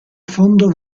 fondo